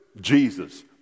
Jesus